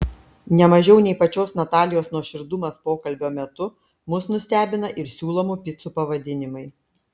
ne mažiau nei pačios natalijos nuoširdumas pokalbio metu mus nustebina ir siūlomų picų pavadinimai